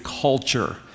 culture